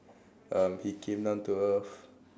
um he came down to earth